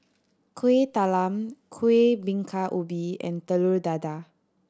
Kueh Talam Kuih Bingka Ubi and Telur Dadah